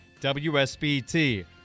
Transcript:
WSBT